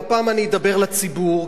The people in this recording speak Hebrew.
והפעם אני אדבר לציבור,